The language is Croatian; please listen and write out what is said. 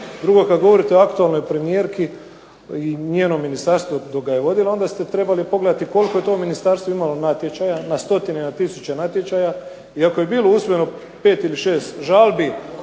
Drugo, kad govorite o aktualnoj premijerki i njenom ministarstvu dok ga je vodila onda ste trebali pogledati koliko je to ministarstvo imalo natječaja, na stotine i na tisuće natječaja, i ako je bilo usvojeno 5 ili 6 žalbi